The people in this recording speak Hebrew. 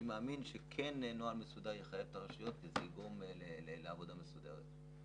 אני מאמין שיש בנוהל מסודר לחייב את הרשויות ולגרום לעבודה מסודרת.